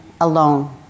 alone